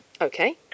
Okay